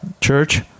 Church